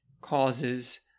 causes